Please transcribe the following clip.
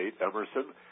Emerson